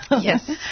Yes